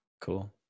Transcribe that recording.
Cool